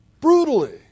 brutally